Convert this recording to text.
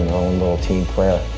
little team prayer.